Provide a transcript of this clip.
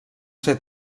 ser